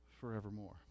forevermore